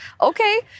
okay